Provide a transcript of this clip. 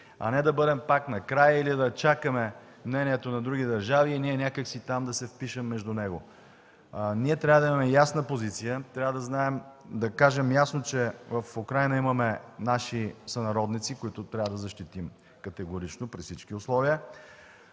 а не да бъдем пак накрая или да чакаме мнението на други държави и ние някак си там да се впишем между него. Ние трябва да имаме ясна позиция, да кажем ясно, че в Украйна имаме наши сънародници, които трябва да защитим категорично, при всички условия,